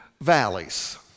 valleys